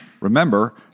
Remember